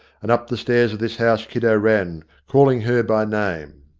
and up the stairs of this house kiddo ran, calling her by name.